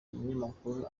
umunyamakuru